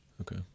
okay